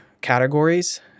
categories